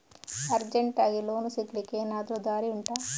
ಅರ್ಜೆಂಟ್ಗೆ ಲೋನ್ ಸಿಗ್ಲಿಕ್ಕೆ ಎನಾದರೂ ದಾರಿ ಉಂಟಾ